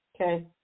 Okay